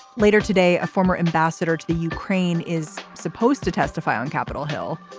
later today a former ambassador to the ukraine is supposed to testify on capitol hill.